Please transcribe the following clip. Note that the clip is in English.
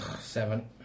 Seven